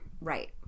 Right